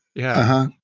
yeah.